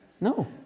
No